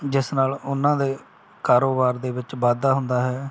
ਜਿਸ ਨਾਲ ਉਹਨਾਂ ਦੇ ਕਾਰੋਬਾਰ ਦੇ ਵਿੱਚ ਵਾਧਾ ਹੁੰਦਾ ਹੈ